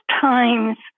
times